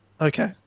Okay